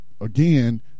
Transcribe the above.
again